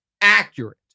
accurate